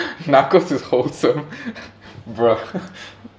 narcos is wholesome bruh